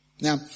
Now